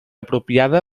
apropiada